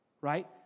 right